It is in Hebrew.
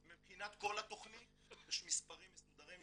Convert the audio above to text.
מבחינת כל התכנית יש מספרים מסודרים,